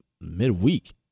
midweek